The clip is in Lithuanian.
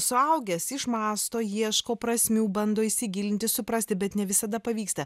suaugęs išmąsto ieško prasmių bando įsigilinti suprasti bet ne visada pavyksta